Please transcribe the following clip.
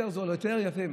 יותר זולים או יותר יפים,